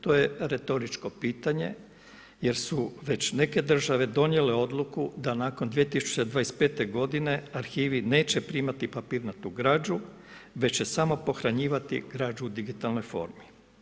To je retoričko pitanje jer su već neke države donijele odluku da nakon 2025. g. arhivi neće primati papirnatu građu već će samo pohranjivati građu u digitalnoj formi.